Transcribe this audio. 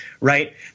right